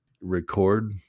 record